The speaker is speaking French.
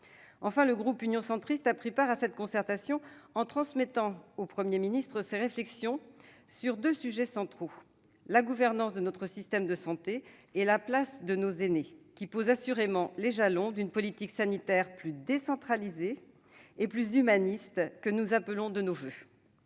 Enfin, le groupe Union Centriste a pris part à cette concertation en transmettant au Premier ministre ses réflexions sur deux sujets centraux, la gouvernance de notre système de santé et la place de nos aînés, qui posent assurément les jalons d'une politique sanitaire plus décentralisée et plus humaniste que nous appelons de nos voeux.